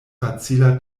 facila